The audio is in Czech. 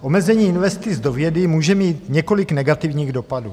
Omezení investic do vědy může mít několik negativních dopadů.